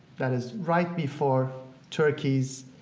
that is right before turkey's